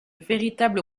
véritable